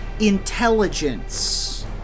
intelligence